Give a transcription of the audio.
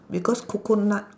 because coconut